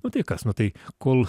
nu tai kas nu tai kol